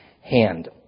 hand